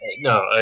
no